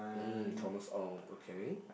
mm Thomas-Ong okay